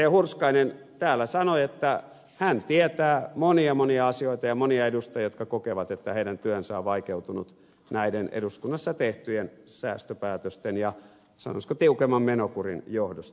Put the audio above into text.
hurskainen täällä sanoi että hän tietää monia monia asioita ja monia edustajia jotka kokevat että heidän työnsä on vaikeutunut näiden eduskunnassa tehtyjen säästöpäätösten ja sanoisiko tiukemman menokurin johdosta